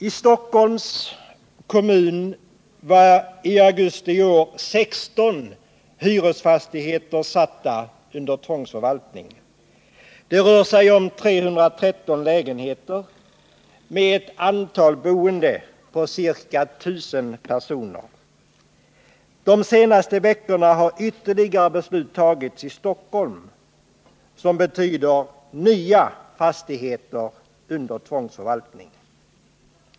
I Stockholms kommun var i augusti i år 16 fastigheter satta under tvångsförvaltning. Det rör sig om 313 lägenheter med ett antal boende på ca 1 000 personer. De senaste veckorna har ytterligare beslut fattats i Stockholm som betyder nya fastigheter under tvångsförvaltning.